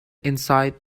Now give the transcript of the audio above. inside